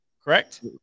Correct